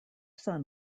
son